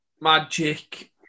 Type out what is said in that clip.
Magic